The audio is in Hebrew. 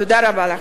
תודה רבה לכם.